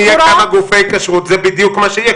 יהיו כמה גופי כשרות זה בדיוק מה שיהיה,